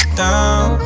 down